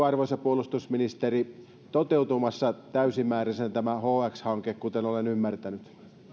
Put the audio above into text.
arvoisa puolustusministeri toteutumassa täysimääräisenä tämä hx hanke kuten olen ymmärtänyt